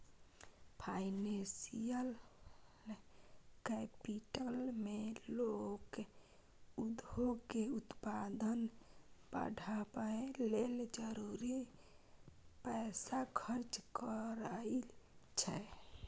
financial capital मे लोक उद्योग के उत्पादन बढ़ाबय लेल जरूरी पैसा खर्च करइ छै